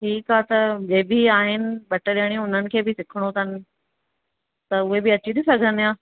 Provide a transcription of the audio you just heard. ठीकु आहे त ॿिए बि आहिनि ॿ टे जणियूं हुननि खे बि सिखणो अथन त उहे बि अची डिसी सघंदी आहे